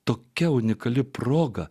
tokia unikali proga